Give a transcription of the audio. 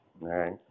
right